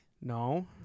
no